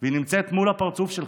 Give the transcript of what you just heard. והיא נמצאת מול הפרצוף שלך,